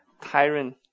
tyrant